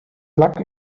plug